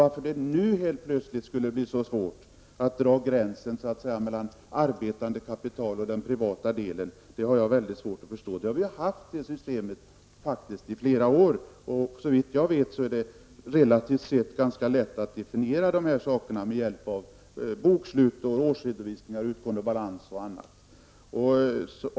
Varför det nu plötsligt skulle vara så svårt att dra gränsen mellan arbetande kapital och den privata delen av kapitalet har jag svårt att förstå. Vi har haft ett fungerande system för det i flera år. Såvitt jag förstår är det ganska lätt att definiera vad som är det ena och det andra med hjälp av bokslut, årsredovisningar och utgående balanser.